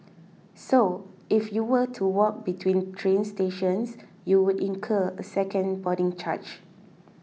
so if you were to walk between train stations you would incur a second boarding charge